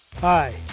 Hi